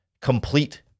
complete